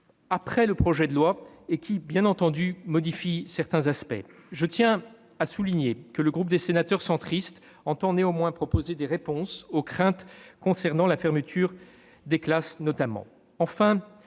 dépôt du projet de loi et qui, bien entendu, en modifient certains aspects. Je tiens à le souligner, le groupe des sénateurs centristes entend néanmoins proposer une réponse aux craintes concernant des fermetures de classe. Enfin,